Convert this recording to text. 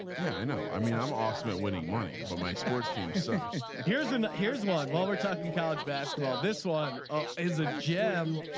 yeah i know. i mean i'm awesome at winning money. and but my sports team. so here's an here's one. while we're talking college basketball. this one ah is a gem.